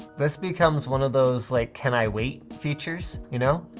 this becomes one of those like can-i-wait features, you know?